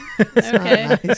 Okay